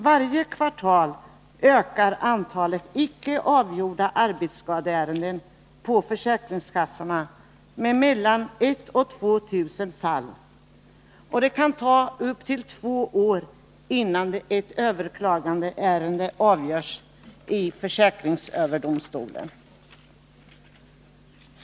Varje kvartal ökar antalet icke avgjorda arbetsskadeärenden på försäkringskassorna med mellan ett och två tusen, och det kan ta upp till två år innan ett överklagat ärende avgörs i försäkringsöverdomstolen.